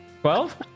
twelve